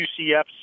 UCF's